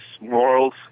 Morals